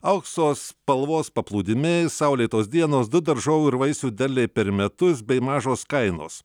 aukso spalvos paplūdimiai saulėtos dienos du daržovių ir vaisių derliai per metus bei mažos kainos